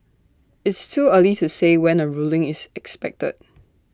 it's too early to say when A ruling is expected